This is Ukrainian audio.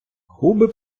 губи